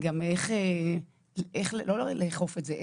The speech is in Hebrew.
לא איך לאכוף את זה,